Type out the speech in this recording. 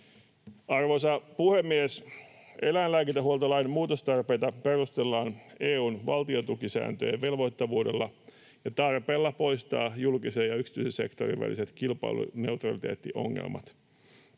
Arvoisa puhemies! Eläinlääkintähuoltolain muutostarpeita perustellaan EU:n valtiontukisääntöjen velvoittavuudella ja tarpeella poistaa julkisen ja yksityisen sektorin väliset kilpailuneutraliteettiongelmat.